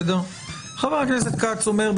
חה"כ כץ אומר,